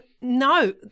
No